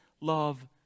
love